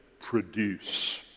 produce